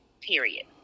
period